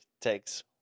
takes